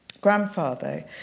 grandfather